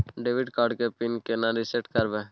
Debit card के pin केना reset करब?